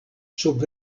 sub